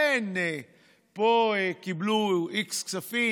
כן, פה קיבלו x כספים